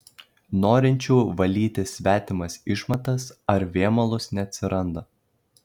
norinčių valyti svetimas išmatas ar vėmalus neatsiranda